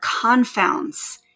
confounds